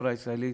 בחברה הישראלית.